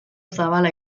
zabala